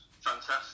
fantastic